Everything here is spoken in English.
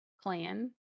clan